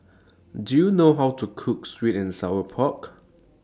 Do YOU know How to Cook Sweet and Sour Pork